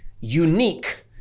unique